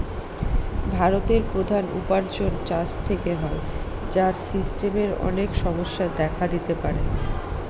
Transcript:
ভারতের প্রধান উপার্জন চাষ থেকে হয়, যার সিস্টেমের অনেক সমস্যা দেখা দিতে পারে